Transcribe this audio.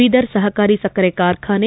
ಬೀದರ್ ಸಹಕಾರಿ ಸಕ್ಕರೆ ಕಾರ್ಖಾನೆ